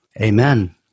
Amen